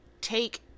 take